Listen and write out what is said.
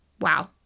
Wow